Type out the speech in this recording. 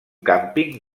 càmping